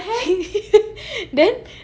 then